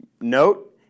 Note